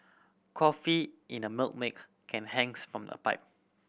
coffee in a Milk make can hangs from a pipe